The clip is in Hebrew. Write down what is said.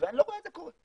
ואני לא רואה את זה קורה.